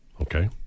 Okay